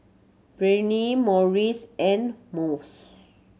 Vernie Morris and Mose